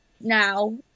now